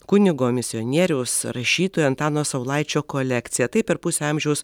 kunigo misionieriaus rašytojo antano saulaičio kolekcija tai per pusę amžiaus